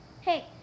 hey